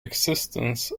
existence